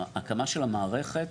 ההקמה של המערכת